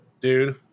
Dude